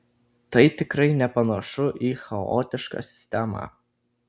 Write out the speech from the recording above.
tai tikrai nepanašu į chaotišką sistemą